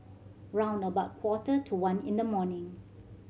round about quarter to one in the morning